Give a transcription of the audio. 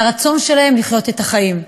על הרצון שלהם לחיות את החיים,